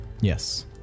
Yes